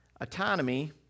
autonomy